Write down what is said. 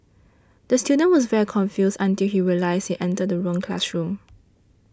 the student was very confused until he realised he entered the wrong classroom